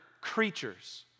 creatures